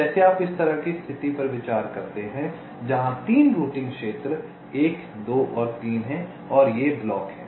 जैसे आप इस तरह की स्थिति पर विचार करते हैं जहां 3 रूटिंग क्षेत्र 1 2 और 3 हैं और ये ब्लॉक हैं